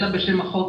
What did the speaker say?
אלא בשם החוק,